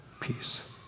peace